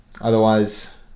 otherwise